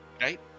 right